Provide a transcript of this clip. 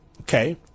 okay